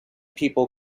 people